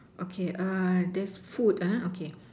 okay err there's food uh okay